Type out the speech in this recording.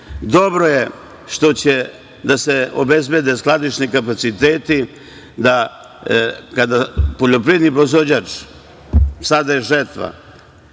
je što će da se obezbede skladišni kapaciteti, da kada poljoprivredni proizvođač, sada je žetva